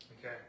Okay